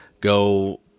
go